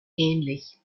ähnlich